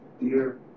dear